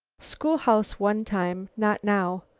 schoolhouse one time. not now.